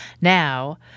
now